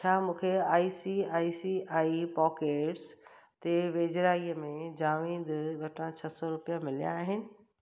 छा मूंखे I C I C I pockets ते वेझिड़ाईअ में जावेद वटां छह सौ रुपिया मिलिया आहिनि